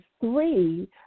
three